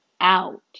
out